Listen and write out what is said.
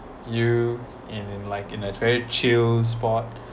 you in in like in a very chill spot